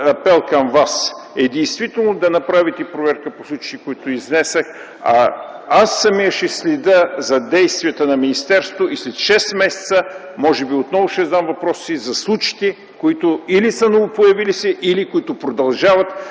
апел към Вас е действително да направите проверка по случаите, които изнесох. Аз самият ще следя за действията на министерството и след шест месеца може би отново ще задам въпроса си за случаите, които или са новопоявили се, или които продължават